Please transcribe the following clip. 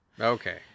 Okay